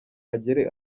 agere